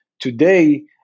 today